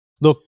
Look